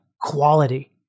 quality